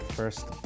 first